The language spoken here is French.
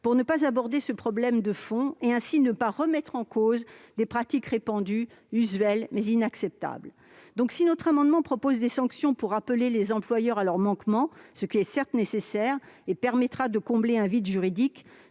pour ne pas aborder ce problème de fond et, ainsi, ne pas remettre en cause des pratiques répandues, usuelles, mais inacceptables. Si notre amendement tend à prévoir des sanctions pour rappeler les employeurs à leurs manquements, ce qui est nécessaire et permettra aussi de combler un vide juridique,